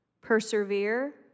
persevere